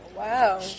Wow